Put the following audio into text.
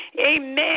Amen